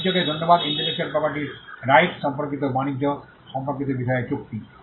বাণিজ্যকে ধন্যবাদ intellectual property র রাইটস সম্পর্কিত বাণিজ্য সম্পর্কিত বিষয়ে চুক্তি